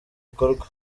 ikorwa